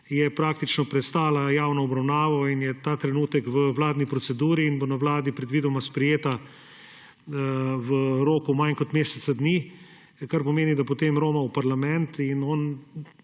je praktično prestala javno obravnavo. Ta trenutek je v vladni proceduri in bo na Vladi predvidoma sprejeta v roku manj kot mesec dni, kar pomeni, da potem roma v parlament.